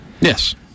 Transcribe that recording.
Yes